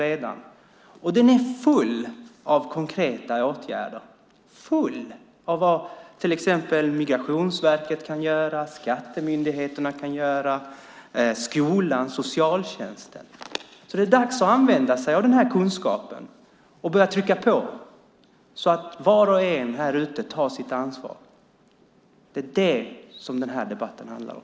Den är full av förslag på konkreta åtgärder, till exempel vad Migrationsverket, Skatteverket, skolan och socialtjänsten kan göra. Det är dags att använda sig av den här kunskapen och att börja trycka på så att var och en där ute tar sitt ansvar. Det är det som den här debatten handlar om.